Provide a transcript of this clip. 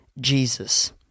Jesus